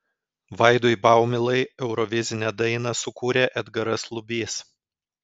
vaidui baumilai eurovizinę dainą sukūrė edgaras lubys